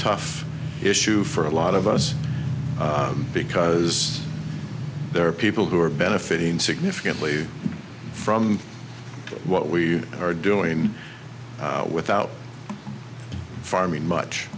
tough issue for a lot of us because there are people who are benefiting significantly from what we are doing without farming much